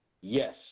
Yes